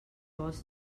vols